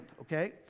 okay